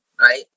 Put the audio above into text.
Right